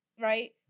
right